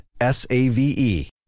S-A-V-E